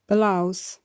Blouse